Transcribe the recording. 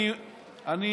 לסיום,